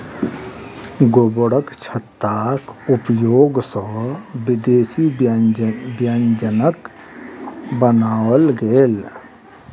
गोबरछत्ताक उपयोग सॅ विदेशी व्यंजनक बनाओल गेल